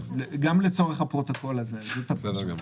גם לצורך הפרוטוקול, זאת הפרשנות.